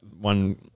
one